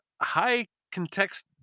high-context